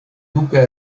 duque